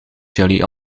jullie